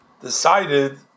decided